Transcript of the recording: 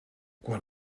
quan